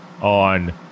on